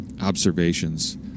observations